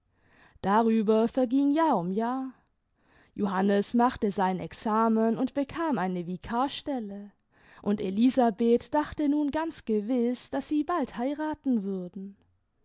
darüber verging jahr am jahr johannes machte sein examen und bekam eine vikarstelle und elisabeth dachte nun ganz gewiß daß sie bald heiraten würden